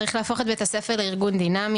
צריך להפוך את בית הספר לארגון דינמי,